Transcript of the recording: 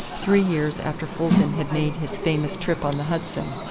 three years after fulton had made his famous trip on the hudson.